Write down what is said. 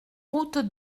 route